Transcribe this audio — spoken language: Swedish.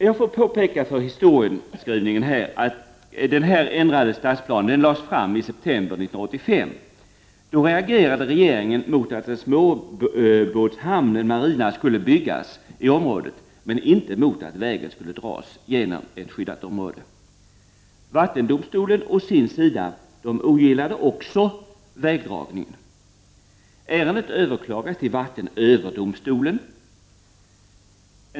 Jag vill påpeka för historieskrivningen att när den här ändrade stadsplanen först lades fram i september 1985, så reagerade regeringen mot att en småbåtshamn, en marina, skulle byggas i området men inte mot att vägen skulle dras genom ett skyddat område. Vattenöverdomstolen ogillade å sin sida också vägdragningen. Ärendet överklagades till vattenöverdomstolen.